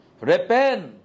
repent